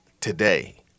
today